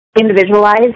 individualized